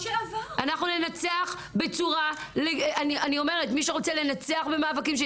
מי שרוצה לנצח במאבקים,